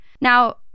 Now